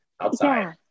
outside